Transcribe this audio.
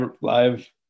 live